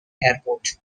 airport